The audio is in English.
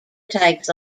tags